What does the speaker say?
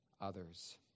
others